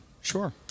Sure